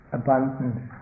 abundance